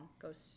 goes